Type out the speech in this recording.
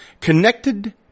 connected